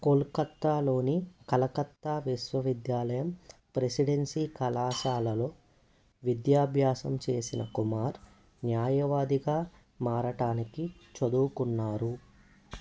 కోల్కత్తాలోని కలకత్తా విశ్వవిద్యాలయం ప్రెసిడెన్సీ కళాశాలలో విద్యాభ్యాసం చేసిన కుమార్ న్యాయవాదిగా మారడానికి చదువుకున్నారు